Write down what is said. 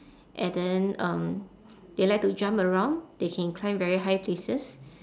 and then um they like to jump around they can climb very high places